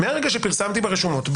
מהרגע שפרסמתי ברשומות,